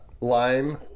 lime